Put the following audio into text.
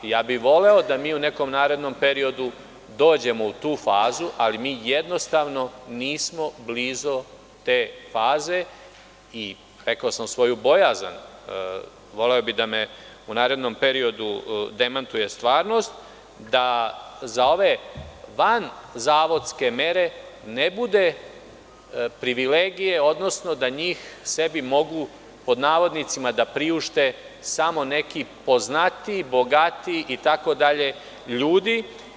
Voleo bih da u nekom narednom periodu dođemo u tu fazu, ali jednostavno nismo blizu te faze i rekao sam svoju bojazan, voleo bih da me u narednom periodu demantuje stvarnost, da za ove vanzavodske mere ne bude privilegije, odnosno da njih sebi mogu „priušte“ samo neki poznatiji, bogatiji itd. ljudi.